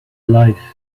life